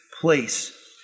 place